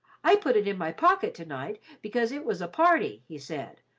i put it in my pocket to-night because it was a party, he said.